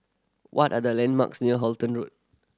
what are the landmarks near Halton Road